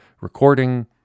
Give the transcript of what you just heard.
Recording